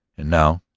and now,